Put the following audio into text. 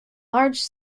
large